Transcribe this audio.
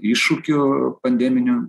iššūkiu pandeminiu